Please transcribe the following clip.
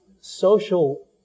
Social